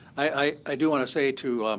i do want to say to